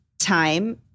time